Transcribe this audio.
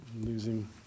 Losing